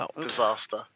disaster